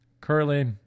Curly